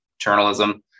journalism